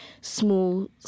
Small